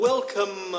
Welcome